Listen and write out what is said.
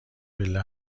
پله